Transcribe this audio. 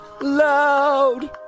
Loud